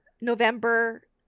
November